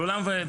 לעולם ועד.